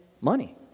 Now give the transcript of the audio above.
money